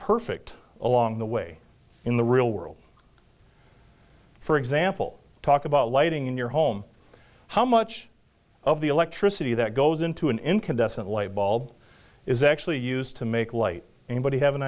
perfect along the way in the real world for example talk about lighting in your home how much of the electricity that goes into an incandescent light bulb is actually used to make light anybody have an